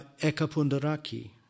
Ekapundaraki